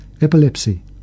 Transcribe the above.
epilepsy